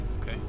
okay